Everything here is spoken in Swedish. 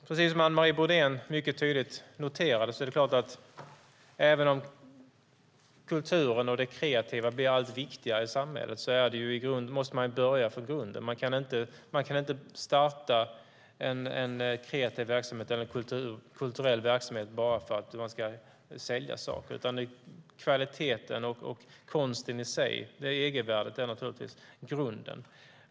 Precis som Anne Marie Brodén mycket tydligt noterade är det klart att även om kulturen och det kreativa blir allt viktigare i samhället måste man börja från grunden. Man kan inte starta en kreativ verksamhet eller en kulturell verksamhet bara för att man ska sälja saker. Kvaliteten och konsten i sig, egenvärdet, är naturligtvis grunden.